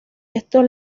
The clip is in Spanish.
estos